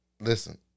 Listen